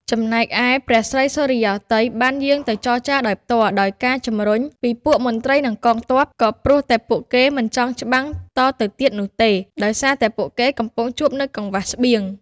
ចំណែកឯព្រះស្រីសុរិយោទ័យបានយាងទៅចរចារដោយផ្ទាល់ ដោយការជម្រុញពីពួកមន្ត្រីនិងកងទ័ព ក៏ព្រោះតែពួកគេមិនចង់ច្បាំងតទៅទៀតនោះទេ ដោយសារតែពួកគេកំពុងជួបនូវកង្វះស្បៀង។